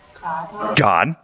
God